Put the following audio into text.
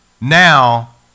now